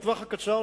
בטווח הקצר,